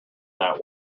that